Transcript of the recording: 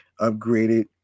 upgraded